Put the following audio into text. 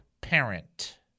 parent